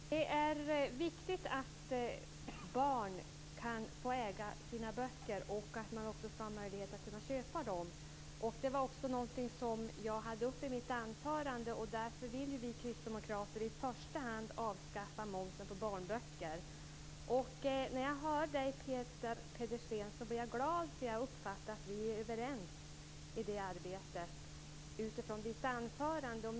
Fru talman! Det är viktigt att barn kan få äga sina böcker och ha möjlighet att köpa dem. Detta var också någonting som jag hade uppe i mitt anförande. Därför vill vi Kristdemokrater i första hand avskaffa momsen på barnböcker. När jag hör Peter Pedersen blir jag glad, för jag uppfattar hans anförande som att vi är överens i det arbetet.